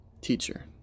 teacher